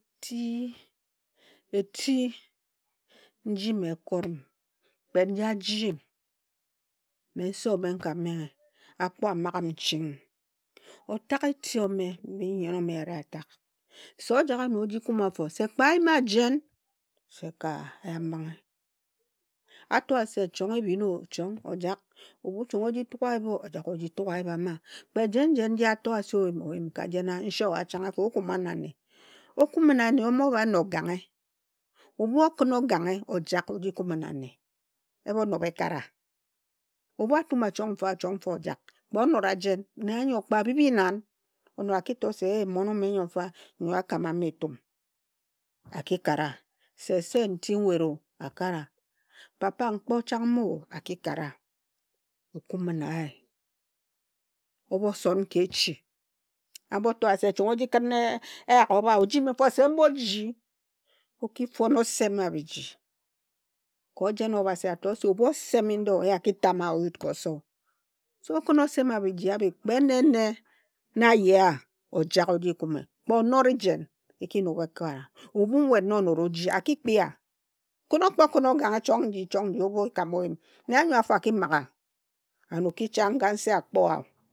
Eti, nji me ekori m, kpet nong aji m, me se ome nka menghe, akpo amaghm ching. Otag eti ome mbi nyen ome ari atakh, se ojag ano o ji kume afo se kpe ayima jen, se ka yam mbinghe. A to a se chong ebhin o, chong, ojak. Ebhu chong o ji tuk ayip o, ojak oji tuk ayip a ma. Kpe jen jen nji atsa se oyum kajena nse o a chang afo, o kuma na nne. O kume na nne omobha na oganghe. Ebhu o khin oganghe ojak o ji kume na nne, emo nobh ekara. Ebhu a tuma chang fa, chong fa, ojak, kpe onora jen, nne anyo kpe abhibhi nan, a ki to se e mon ome nyo fa nyo a kama me etum a ki kara. Se, se nti nwet o, akara, papa nkpo chang mo, a ki kara okume na ye. O mo son ka echi. A kpo to a se chong o ji khin eyak obha, eji yimi nfo se mm o ji. O ki fon o sema bhigi. Ka jen Obhasi a to se ebhu oseme ndo, ye a ki tam a o yut ka oso. So okhin osema bhiji abhi, kpe en ene na ayea, ojak o ji kume. Kpe onora jen, eki nob ekaa. Ebhu nwet na onora o ji, a ki kpia. Khin o kpo khin oganghe chong nji, chong nji o mokam o yim, nne anyo afo a ki maga and o ki cha nga nse akpoa.